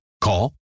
Call